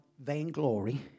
vainglory